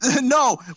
No